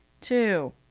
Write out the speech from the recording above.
two